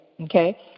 Okay